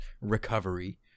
recovery